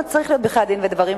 למה צריך להיות בכלל דין ודברים?